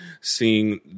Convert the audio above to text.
seeing